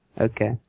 Okay